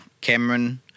Cameron